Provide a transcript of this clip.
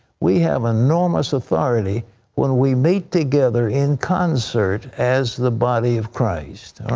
we have enormous authority when we meet together in concert as the body of christ.